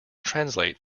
translate